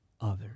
others